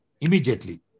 immediately